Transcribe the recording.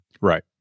Right